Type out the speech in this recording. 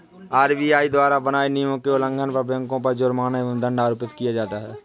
RBI द्वारा बनाए नियमों के उल्लंघन पर बैंकों पर जुर्माना अथवा दंड आरोपित किया जाता है